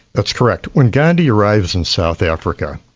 that's correct. when gandhi arrives in south africa,